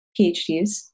PhDs